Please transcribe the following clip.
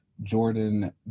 Jordan